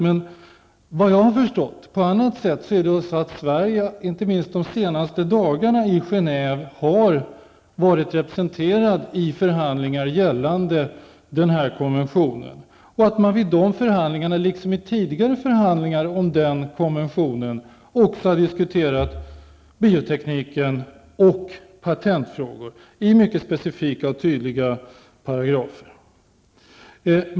Men såvitt jag förstår, och det intrycket har jag fått på annat sätt, har Sverige inte minst under de senaste dagarna i Genève varit representerat i förhandlingar om den här konventionen. I de förhandlingarna, liksom i tidigare förhandlingar om den här konventionen, har också biotekniken och patentfrågor diskuterats i mycket specifika och tydliga paragrafer.